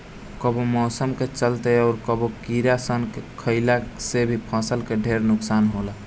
कबो मौसम के चलते, अउर कबो कीड़ा सन के खईला से भी फसल के ढेरे नुकसान होला